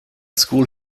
school